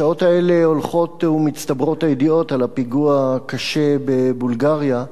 בשעות האלה הולכות ומצטברות הידיעות על הפיגוע הקשה בבולגריה.